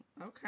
okay